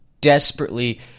desperately